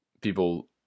people